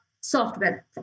software